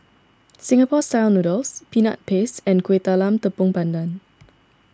Singapore Style Noodles Peanut Paste and Kuih Talam Tepong Pandan